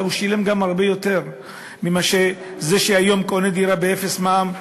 אלא הוא שילם גם הרבה יותר ממי שהיום קונה דירה באפס מע"מ,